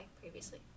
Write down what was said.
previously